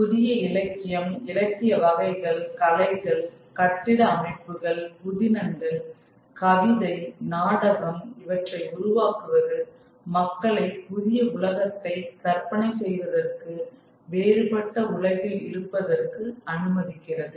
புதிய இலக்கியம் இலக்கிய வகைகள் கலைகள் கட்டிட அமைப்புகள் புதினங்கள் கவிதை நாடகம் இவற்றை உருவாக்குவது மக்களை புதிய உலகத்தை கற்பனை செய்வதற்கு வேறுபட்ட உலகில் இருப்பதற்கு அனுமதிக்கிறது